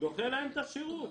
דוחה להם את השירות.